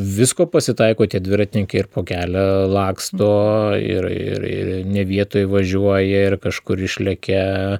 visko pasitaiko tie dviratininkai ir po kelią laksto ir ir ne vietoj važiuoja ir kažkur išlekia